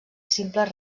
simples